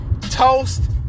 Toast